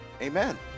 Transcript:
Amen